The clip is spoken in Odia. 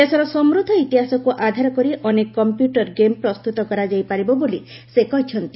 ଦେଶର ସମୃଦ୍ଧ ଇତିହାସକୁ ଆଧାର କରି ଅନେକ କମ୍ପ୍ୟୁଟର ଗେମ୍ ପ୍ରସ୍ତୁତ କରାଯାଇ ପାରିବ ବୋଲି ସେ କହିଛନ୍ତି